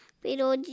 Pero